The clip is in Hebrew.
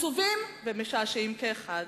עצובים ומשעשעים כאחד.